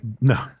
no